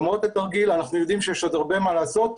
אנחנו יודעים שיש עוד הרבה מה לעשות.